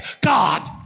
God